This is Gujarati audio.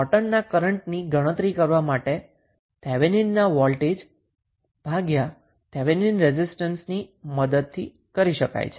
નોર્ટનના કરન્ટની ગણતરી થેવેનિનના વોલ્ટેજ ભાગ્યા થેવેનિન રેઝિસ્ટન્સ ની મદદથી કરી શકાય છે